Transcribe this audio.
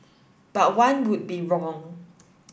but one would be wrong